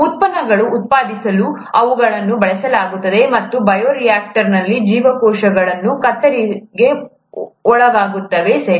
ಉತ್ಪನ್ನಗಳನ್ನು ಉತ್ಪಾದಿಸಲು ಅವುಗಳನ್ನು ಬಳಸಲಾಗುತ್ತದೆ ಮತ್ತು ಬಯೋರಿಯಾಕ್ಟರ್ನಲ್ಲಿ ಜೀವಕೋಶಗಳು ಕತ್ತರಿಗೆ ಒಳಗಾಗುತ್ತವೆ ಸರಿ